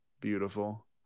Beautiful